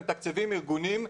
הם מתקצבים ארגונים דתיים.